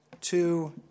two